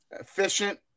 Efficient